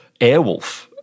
Airwolf